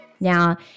Now